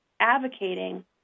advocating